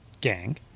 gang